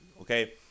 Okay